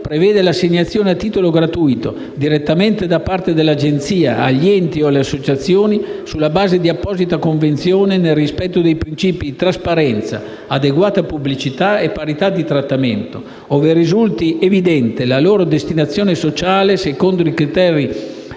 prevede l'assegnazione, a titolo gratuito, direttamente da parte dell'Agenzia agli enti o alle associazioni sulla base di apposita convenzione nel rispetto dei principi di trasparenza, adeguata pubblicità e parità di trattamento, ove risulti evidente la loro destinazione sociale secondo criteri